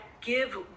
give